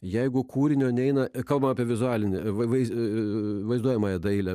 jeigu kūrinio neina kalba apie vizualinį vaizdą vaizduojamąją dailę